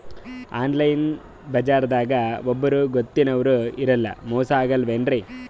Online ಬಜಾರದಾಗ ಒಬ್ಬರೂ ಗೊತ್ತಿನವ್ರು ಇರಲ್ಲ, ಮೋಸ ಅಗಲ್ಲೆನ್ರಿ?